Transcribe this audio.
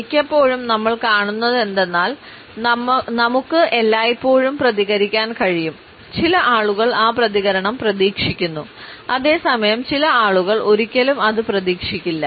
മിക്കപ്പോഴും നമ്മൾ കാണുന്നതെന്തെന്നാൽ നമുക്ക് എല്ലായ്പ്പോഴും പ്രതികരിക്കാൻ കഴിയും ചില ആളുകൾ ആ പ്രതികരണം പ്രതീക്ഷിക്കുന്നു അതേസമയം ചില ആളുകൾ ഒരിക്കലും അത് പ്രതീക്ഷിക്കില്ല